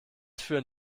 führen